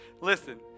listen